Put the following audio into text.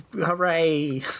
hooray